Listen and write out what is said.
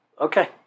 Okay